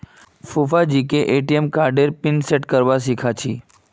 फूफाजीके ए.टी.एम कार्डेर PIN set करवा सीखा छि